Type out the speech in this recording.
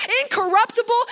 incorruptible